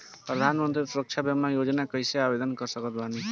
प्रधानमंत्री सुरक्षा बीमा योजना मे कैसे आवेदन कर सकत बानी?